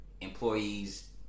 employees